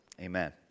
Amen